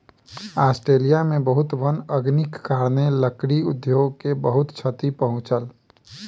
Australia में बहुत वन अग्निक कारणेँ, लकड़ी उद्योग के बहुत क्षति पहुँचल